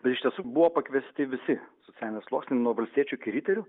tai iš tiesų buvo pakviesti visi socialinių sluoksnių nuo valstiečių iki riterių